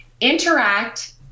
interact